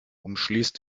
umschließt